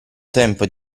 tempo